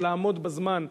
אבל לעמוד בזמן,